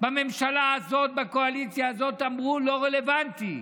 בממשלה הזאת, בקואליציה הזאת, אמרו: לא רלוונטי.